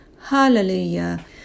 Hallelujah